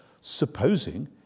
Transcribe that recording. Supposing